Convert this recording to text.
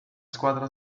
squadra